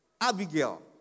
Abigail